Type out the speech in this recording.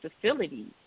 facilities